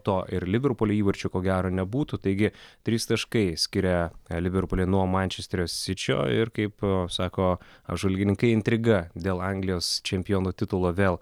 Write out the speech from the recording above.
to ir liverpulio įvarčio ko gero nebūtų taigi trys taškai skiria liverpulį nuo mančesterio sičio ir kaip aa sako apžvalgininkai intriga dėl anglijos čempiono titulo vėl